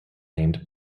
named